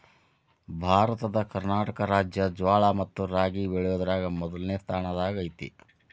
ಭಾರತದ ಕರ್ನಾಟಕ ರಾಜ್ಯ ಜ್ವಾಳ ಮತ್ತ ರಾಗಿ ಬೆಳಿಯೋದ್ರಾಗ ಮೊದ್ಲನೇ ಸ್ಥಾನದಾಗ ಐತಿ